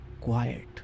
quiet